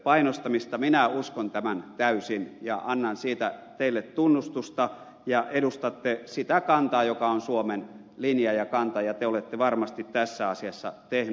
minä uskon tämän täysin ja annan siitä teille tunnustusta ja edustatte sitä kantaa joka on suomen linja ja kanta ja te olette varmasti tässä asiassa tehnyt parhaanne